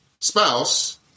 spouse